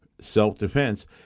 self-defense